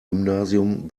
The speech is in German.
gymnasium